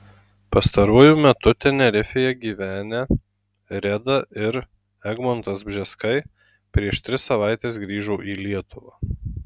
pastaruoju metu tenerifėje gyvenę reda ir egmontas bžeskai prieš tris savaites grįžo į lietuvą